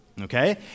Okay